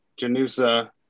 Janusa